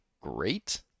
great